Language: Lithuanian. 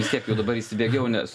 vis tiek jau dabar išsibėgėjau nes